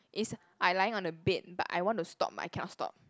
is I lying on the bed but I want to stop but I cannot stop